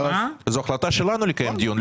זו החלטה שלנו לקיים דיון.